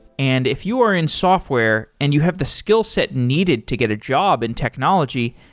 and if you are in software and you have the skillset needed to get a job in technology,